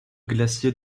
glaciers